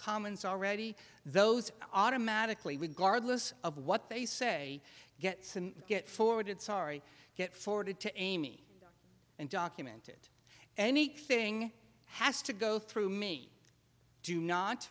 comments already those automatically would guard less of what they say gets and get forwarded sorry get forwarded to amy and documented anything has to go through me do not